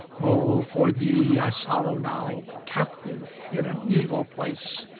all for thee i sorrow now, captive in an evil place,